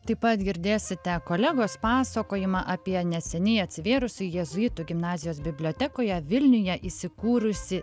taip pat girdėsite kolegos pasakojimą apie neseniai atsivėrusi jėzuitų gimnazijos bibliotekoje vilniuje įsikūrusį